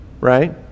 right